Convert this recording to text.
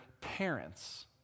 parents